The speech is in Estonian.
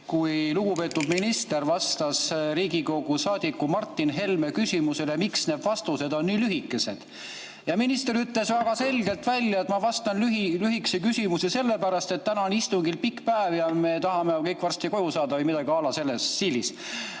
kui lugupeetud minister vastas Riigikogu saadiku Martin Helme küsimusele, miks need vastused on lühikesed. Minister ütles väga selgelt välja, et ta vastab lühikeselt küsimusele sellepärast, et täna on istungil pikk päev ja me tahame kõik varsti koju saada või midagi selles stiilis.